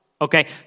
okay